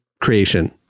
creation